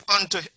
unto